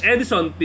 Edison